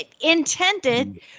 intended